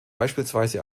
beispielsweise